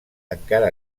encara